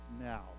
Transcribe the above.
now